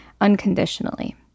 unconditionally